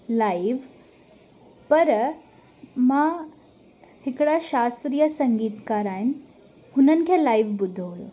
live पर मां हिकिड़ा शास्त्रिय संगीतकारु आहिनि हुननि खे लाइव ॿुधो हुओ